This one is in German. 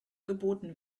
geboten